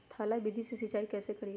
थाला विधि से सिंचाई कैसे करीये?